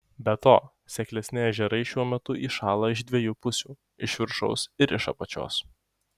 be to seklesni ežerai šiuo metu įšąla iš dviejų pusių iš viršaus ir iš apačios